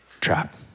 trap